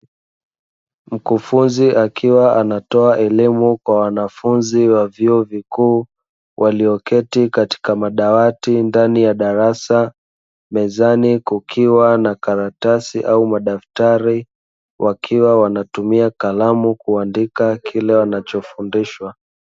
Mkufunzi akiwa anatoa elimu kwa wanafunzi wa vyuo vikuu walioketi katika madawati ndani ya darasa, mezani kukiwa na karatasi au madaftari wakiwa wanatumia kalamu kuandika kile wanachofundishwa.